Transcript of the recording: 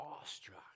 awestruck